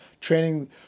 training